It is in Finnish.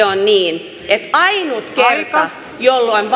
on niin että ainut kerta jolloin